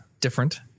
different